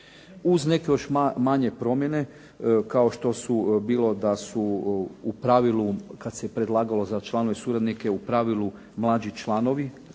Uz neke još manje promjene kao što su bilo da su pravilu kad se predlagalo za članove i suradnike u pravilu mlađi članovi